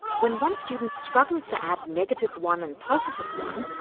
when one student struggles to add negative one and positive one,